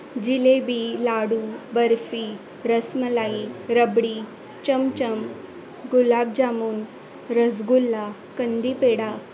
jalebi laddu barfi rasmalai rabri chamcham gulab jamun rasgulla कंदीपेढा